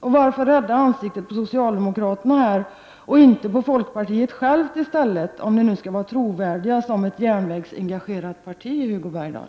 Varför rädda ansiktet på socialdemokraterna och inte på folkpartiet självt i stället, om partiet nu skall vara trovärdigt som ett järnvägsengagerat parti, Hugo Bergdahl?